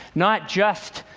not just